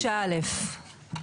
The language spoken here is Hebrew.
29(א).